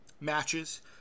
matches